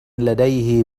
لديه